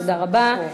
תודה רבה.